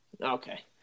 Okay